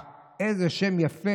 אה, איזה שם יפה.